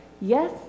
yes